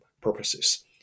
purposes